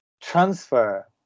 transfer